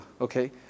okay